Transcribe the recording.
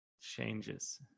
changes